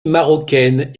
marocaine